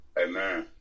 Amen